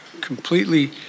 completely